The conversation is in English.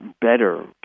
better